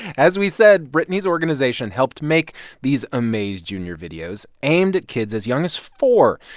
as we said, brittany's organization helped make these amaze jr. videos aimed at kids as young as four.